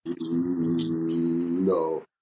no